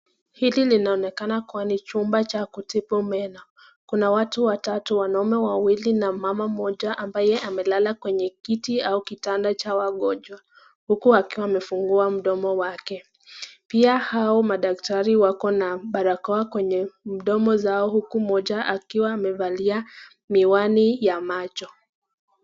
Hili linaonekana kuwa ni chumba cha kutibu meno, kuna watu watatu wanaume wawili na mama mmoja ambaye amelala kwenye kiti au kitanda cha wagonjwa huku akiwa amefungua mdomo wake, pia hao madaktari wako na barakoa kwenye mdomo zao huku mmoja akiwa amevalia miwani ya macho.